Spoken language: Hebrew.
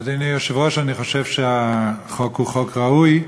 אדוני היושב-ראש, אני חושב שהחוק הוא חוק ראוי,